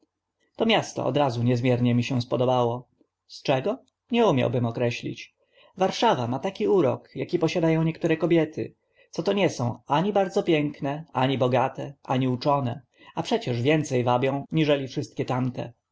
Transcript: to miasto od razu niezmiernie mi się podobało z czego nie umiałbym określić warszawa ma taki urok aki posiada ą niektóre kobiety co to nie są ani bardzo piękne ani bogate ani uczone a przecięż więce wabią niżeli wszystkie tamte